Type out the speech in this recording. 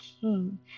king